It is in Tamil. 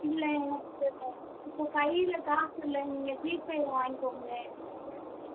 இல்லை எனக்கு இப்போது இப்போது கையில காசு இல்லை நீங்கள் ஜிபேல வாங்கிக்கோங்களேன் ஏன்னா ஜிபே